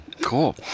Cool